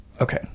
Okay